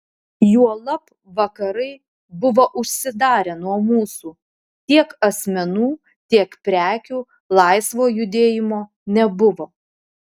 juolab vakarai buvo užsidarę nuo mūsų tiek asmenų tiek prekių laisvo judėjimo nebuvo